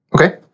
Okay